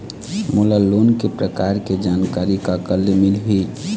मोला लोन के प्रकार के जानकारी काकर ले मिल ही?